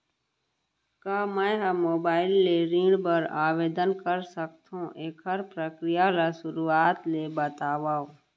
का मैं ह मोबाइल ले ऋण बर आवेदन कर सकथो, एखर प्रक्रिया ला शुरुआत ले बतावव?